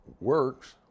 works